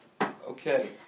Okay